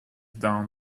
down